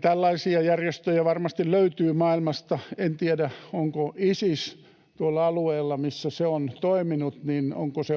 Tällaisia järjestöjä varmasti löytyy maailmasta. En tiedä, onko Isis tuolla alueella, missä se on toiminut,